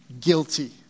guilty